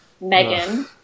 Megan